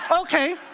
Okay